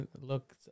Look